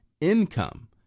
Income